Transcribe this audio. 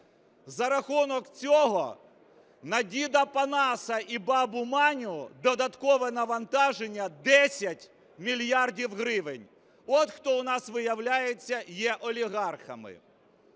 За рахунок цього на діда Панаса і бабу Маню додаткове навантаження 10 мільярдів гривень. От хто у нас, виявляється, є олігархами.